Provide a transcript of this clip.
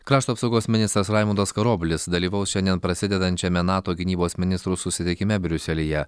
krašto apsaugos ministras raimundas karoblis dalyvaus šiandien prasidedančiame nato gynybos ministrų susitikime briuselyje